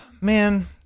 Man